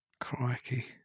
Crikey